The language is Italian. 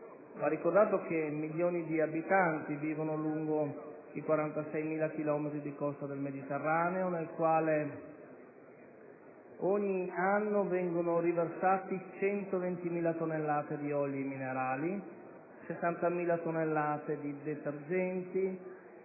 ricordato che milioni di abitanti vivono lungo i 46.000 chilometri di costa del Mediterraneo, nel quale ogni anno vengono riversate 120.000 tonnellate di oli minerali, 60.000 tonnellate di detergenti,